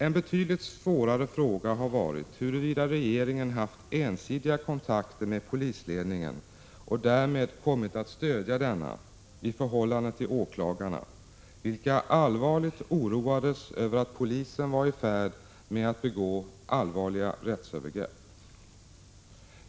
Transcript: En betydligt svårare fråga har varit huruvida regeringen haft ensidiga kontakter med polisledningen och därmed kommit att stödja denna i förhållande till åklagarna, vilka allvarligt oroades över att polisen var i färd med att begå allvarliga rättsövergrepp.